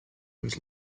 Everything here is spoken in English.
his